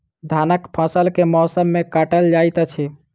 धानक फसल केँ मौसम मे काटल जाइत अछि?